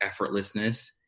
effortlessness